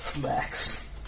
max